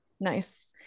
nice